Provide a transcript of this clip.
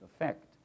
effect